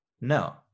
No